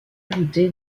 ajouté